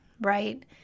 right